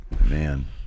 Man